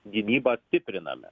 gynybą stipriname